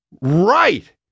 right